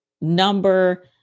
number